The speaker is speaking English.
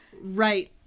Right